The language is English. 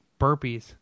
burpees